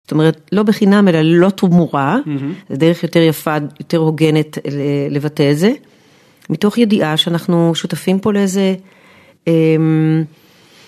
זאת אומרת לא בחינם אלא ללא תמורה, זה דרך יותר יפה, יותר הוגנת, לבטא את זה, מתוך ידיעה שאנחנו שותפים פה לאיזה...